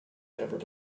never